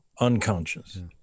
unconscious